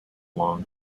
long